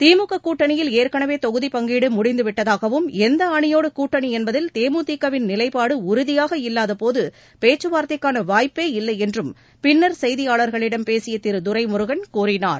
திமுக கூட்டணியில் ஏற்கனவே தொகுதி பங்கீடு முடிந்துவிட்டதாகவும் எந்த அணியோடு கூட்டணி தேமுதிக வின் நிலைப்பாடு உறுதியாக இல்லாதபோது பேச்சுவார்த்தைக்கான வாய்ப்பே இல்லை என்பதில் என்றும் பின்னர் செய்தியாளர்களிடம் பேசிய திரு துரைமுருகன் கூறினார்